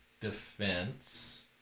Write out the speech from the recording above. Defense